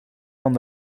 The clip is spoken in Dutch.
van